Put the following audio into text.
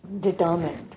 determined